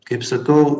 kaip sakau